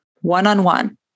one-on-one